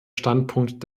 standpunkt